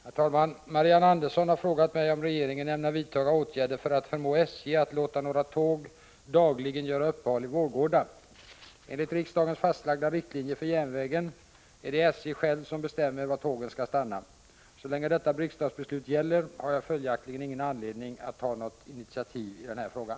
Herr talman! Marianne Andersson har frågat mig om regeringen ämnar vidtaga åtgärder för att förmå SJ att låta några tåg dagligen göra uppehåll i Vårgårda. Enligt riksdagens fastlagda riktlinjer för järnvägen är det SJ själv som bestämmer var tågen skall stanna. Så länge detta riksdagsbeslut gäller har jag följaktligen ingen anledning att ta något initiativ i frågan.